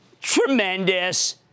tremendous